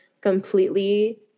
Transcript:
completely